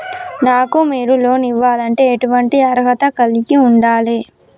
నాకు మీరు లోన్ ఇవ్వాలంటే ఎటువంటి అర్హత కలిగి వుండాలే?